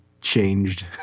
changed